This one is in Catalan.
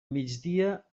migdia